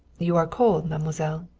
you are cold, mademoiselle.